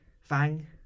Fang